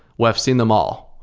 we have seen them all,